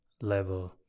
level